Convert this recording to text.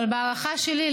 אבל בהערכה שלי,